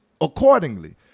accordingly